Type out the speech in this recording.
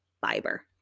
fiber